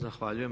Zahvaljujem.